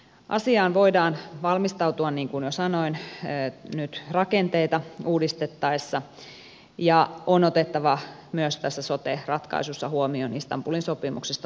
asiaan voidaan valmistautua niin kuin jo sanoin nyt rakenteita uudistettaessa ja on otettava myös tässä sote ratkaisussa huomioon istanbulin sopimuksesta tulevat tarpeet